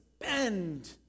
bend